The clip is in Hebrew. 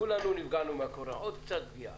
כולנו נפגענו מהקורונה, אז עוד קצת פגיעה.